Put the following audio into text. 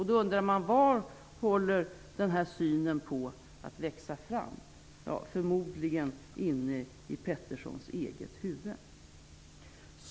Då undrar man: Var håller den här synen på att växa fram? Ja, förmodligen inne i Petersons eget huvud.